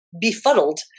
befuddled